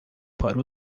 para